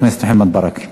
חבר הכנסת מוחמד ברכה.